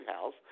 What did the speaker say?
House